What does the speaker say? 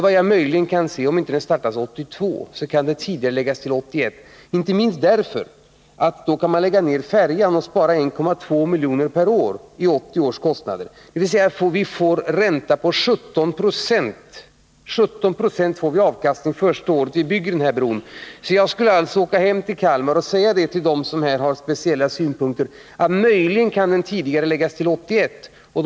Jag kan möjligen säga, att startas inte bygget 1982, kan det tidigareläggas till 1981. En anledning är inte minst den att man då skulle kunna lägga ned färjan och spara 1,2 milj.kr. per år i 1980 års penningvärde. Vi får en avkastning på 17 96 första året vi bygger bron. För min del skulle jag alltså åka hem till Kalmar och till dem som har speciella synpunkter säga att byggandet möjligen kan tidigareläggas till 1981.